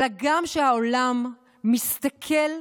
אלא גם העולם מסתכל ורואה.